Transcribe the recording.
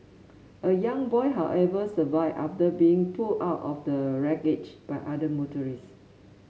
a young boy however survived after being pulled out of the wreckage by other motorists